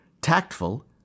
tactful